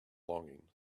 longing